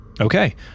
Okay